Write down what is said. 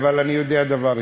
אבל אני יודע דבר אחד,